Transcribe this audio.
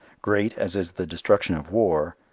great as is the destruction of war,